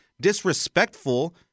disrespectful